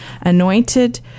anointed